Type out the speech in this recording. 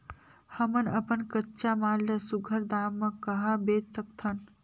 हमन अपन कच्चा माल ल सुघ्घर दाम म कहा बेच सकथन?